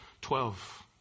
Twelve